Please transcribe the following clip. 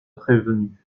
prévenus